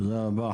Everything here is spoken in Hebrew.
תודה רבה.